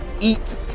eat